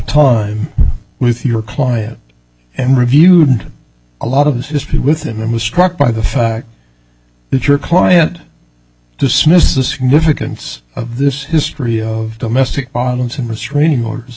time with your client and reviewed a lot of this dispute with him and was struck by the fact that your client dismissed the significance of this history of domestic violence and restraining orders